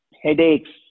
headaches